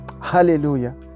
hallelujah